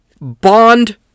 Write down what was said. bond